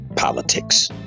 Politics